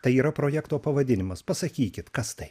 tai yra projekto pavadinimas pasakykit kas tai